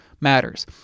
matters